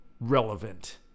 relevant